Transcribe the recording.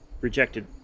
rejected